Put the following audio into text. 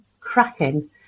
cracking